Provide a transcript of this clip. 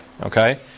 okay